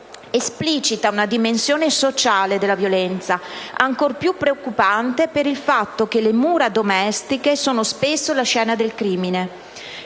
la donna, esplicita una dimensione sociale della violenza, ancor più preoccupante per il fatto che le mura domestiche sono spesso la scena del crimine.